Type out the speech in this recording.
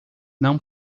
não